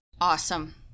awesome